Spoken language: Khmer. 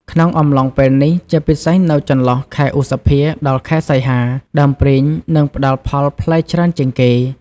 ក្នុងអំឡុងពេលនេះ ជាពិសេសនៅចន្លោះ ខែឧសភា ដល់ខែសីហា ដើមព្រីងនឹងផ្ដល់ផលផ្លែច្រើនជាងគេ។